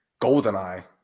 Goldeneye